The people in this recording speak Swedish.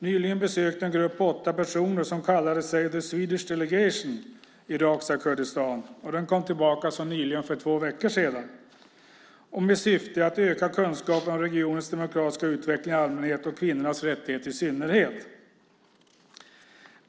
Nyligen besökte en grupp på åtta personer som kallade sig the Swedish delegation irakiska Kurdistan - den kom tillbaka så nyligen som för två veckor sedan - med syftet att öka kunskapen om regionens demokratiska utveckling i allmänhet och kvinnors rättigheter i synnerhet.